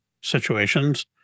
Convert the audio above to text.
situations